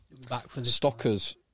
Stockers